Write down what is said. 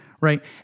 Right